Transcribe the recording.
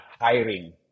hiring